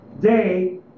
day